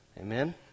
Amen